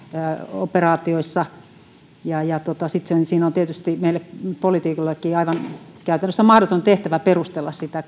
operaatioissa ja ja siinä on tietysti meille poliitikoillekin käytännössä aivan mahdoton tehtävä perustella sitä